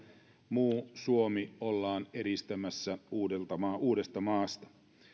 muu suomi ollaan eristämässä uudestamaasta